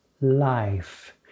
life